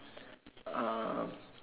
uh